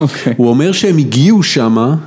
הוא אומר שהם הגיעו שמה